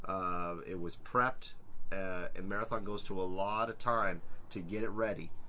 um it was prepped and marathon goes to a lot of time to get it ready.